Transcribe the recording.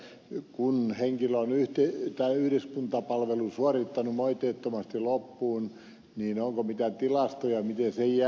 kiinnostaa että kun henkilö on yhdyskuntapalvelun suorittanut moitteettomasti loppuun niin onko mitään tilastoja miten sen jälkeen